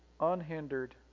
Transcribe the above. unhindered